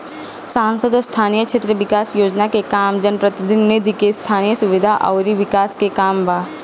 सांसद स्थानीय क्षेत्र विकास योजना के काम जनप्रतिनिधि के स्थनीय सुविधा अउर विकास के काम बा